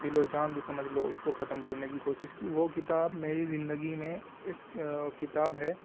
دل و جان سے سمجھ لو اس کو ختم کرنے کی کوشش کی وہ کتاب میری زندگی میں ایک کتاب ہے